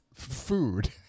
Food